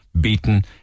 beaten